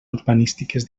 urbanístiques